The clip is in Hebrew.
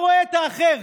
צביעות.